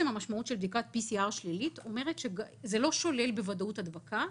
המשמעות של בדיקת PCR שלילית אומרת שזה לא שולל בוודאות הדבקה,